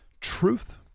truth